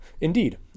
Indeed